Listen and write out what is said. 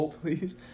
please